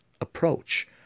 approach